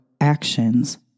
actions